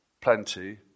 plenty